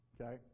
Okay